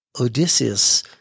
Odysseus